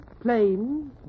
plain